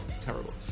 terrible